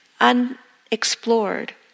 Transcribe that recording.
unexplored